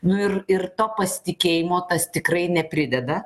nu ir ir to pasitikėjimo tas tikrai neprideda